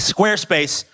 Squarespace